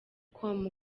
com